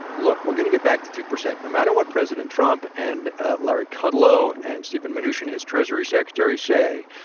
look we're going to get back to two percent, no matter what president trump and larry kudlow and steven mnuchin, his treasury secretary, say,